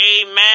Amen